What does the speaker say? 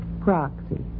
Proxy